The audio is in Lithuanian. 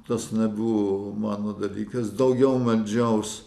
tas nebuvo mano dalykas daugiau meldžiaus